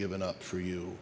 given up for you